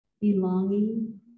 belonging